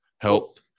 health